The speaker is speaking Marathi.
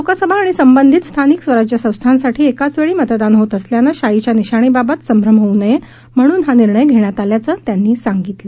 लोकसभा आणि संबंधित स्थानिक स्वराज्य संस्थांसाठी एकाच वळी मतदान होत असल्यानं शाईच्या निशाणीबाबत संभ्रम निर्माण होऊ नया मेहणून हा निर्णय घष्यात आल्याचं त्यांनी सांगितलं